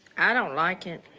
i don't like it.